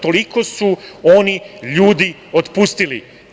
Toliko su oni ljudi otpustili.